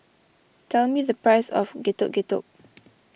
tell me the price of Getuk Getuk